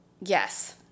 yes